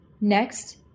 Next